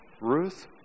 Ruth